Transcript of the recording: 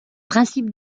principes